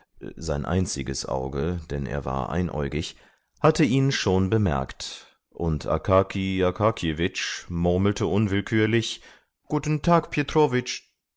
sein einziges auge denn er war einäugig hatte ihn schon bemerkt und akaki akakjewitsch murmelte unwillkürlich guten tag